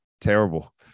terrible